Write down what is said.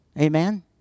Amen